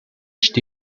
phd